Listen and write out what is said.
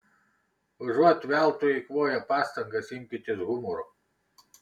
užuot veltui eikvoję pastangas imkitės humoro